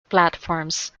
platforms